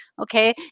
Okay